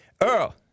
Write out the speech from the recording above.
Earl